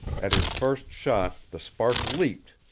at his first shot the spark leaped,